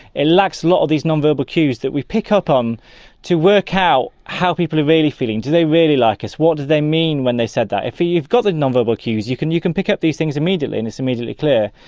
it lacks a lot of these non-verbal cues that we pick up on to work out how people are really feeling do they really like us, what do they mean when they said that? if you've got the non-verbal cues you can you can pick up these things immediately and it's immediately clear.